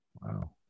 Wow